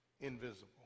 invisible